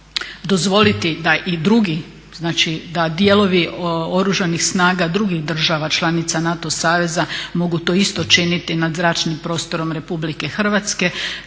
dozvoliti da i drugi, znači da dijelovi Oružanih snaga drugih država članica NATO saveza mogu to isto činiti nad zračnim prostorom Republike Hrvatske